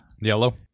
Yellow